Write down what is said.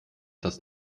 das